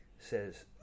says